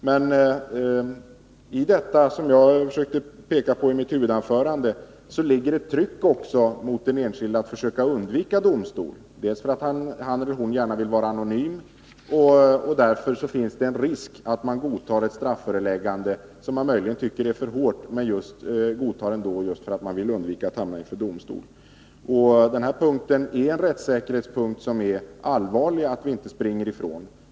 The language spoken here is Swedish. Men som jag försökte peka på i mitt huvudanförande finns det ändå ett tryck på den enskilde att försöka undvika domstol, delvis därför att han eller hon gärna vill vara anonym. Därför finns det risk för att ett strafföreläggande som den enskilde möjligen kan tycka är för hårt ändå godtas, just därför att denne vill undvika att hamna inför domstol. Denna punkt är en rättssäkerhetsaspekt som det är angeläget att inte springa ifrån.